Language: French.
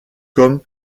comme